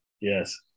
Yes